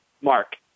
Mark